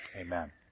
Amen